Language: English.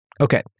Okay